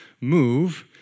move